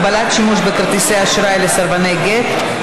הגבלת שימוש בכרטיסי אשראי לסרבני גט),